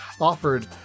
offered